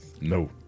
No